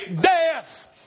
death